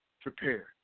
prepared